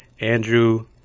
Andrew